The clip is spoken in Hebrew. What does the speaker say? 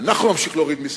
אנחנו נמשיך להוריד מסים.